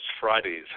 Fridays